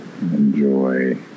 enjoy